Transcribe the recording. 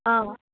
অঁ